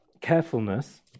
Carefulness